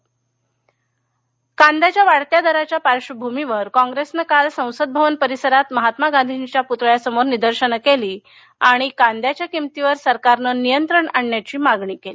राज्यसभा कांद्याच्या वाढत्या दरांच्या पार्श्वभूमीवर काँप्रेसनं काल संसद भवन परिसरात महात्मा गांधीजींच्या पुतळ्यासमोर निदर्शनं केली आणि कांद्याच्या किमतीवर सरकारनं नियंत्रण आणण्याची मागणी केली